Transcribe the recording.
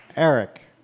Eric